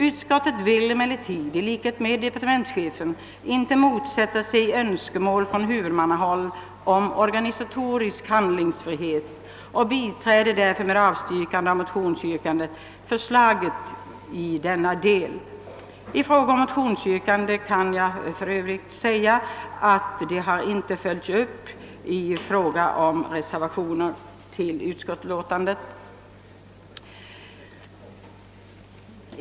Utskottet vill emellertid i likhet med departementschefen inte motsätta sig önskemål från huvudmannahåll om organisatorisk handlingsfrihet och biträder därför med avstyrkande av motionsyrkandet lagförslaget i denna del.» Om motionsyrkandet kan jag för övrigt säga att det inte följts upp med reservationer till utskottsutlåtandet.